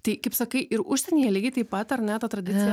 tai kaip sakai ir užsienyje lygiai taip pat ar ne ta tradicija